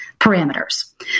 parameters